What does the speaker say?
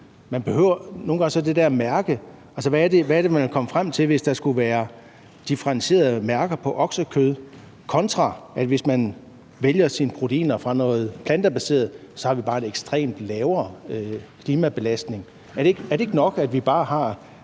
kan man jo få på mange måder. Hvad er det, man ville komme frem til, hvis der skulle være differentierede mærker på oksekød? Hvis man vælger sine proteiner fra noget plantebaseret, har vi bare en ekstremt lavere klimabelastning. Er det ikke nok, at vi bare har